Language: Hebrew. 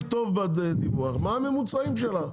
אבל את יכולה לכתוב בדיווח מה הממוצעים שלך.